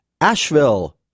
Asheville